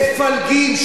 מפלגים,